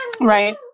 right